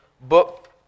book